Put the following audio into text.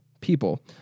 people